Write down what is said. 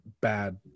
bad